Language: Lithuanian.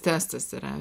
testas yra